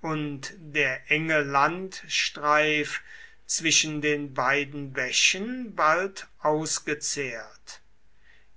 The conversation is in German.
und der enge landstreif zwischen den beiden bächen bald ausgezehrt